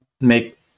make